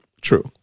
True